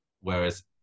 whereas